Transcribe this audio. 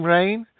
Rain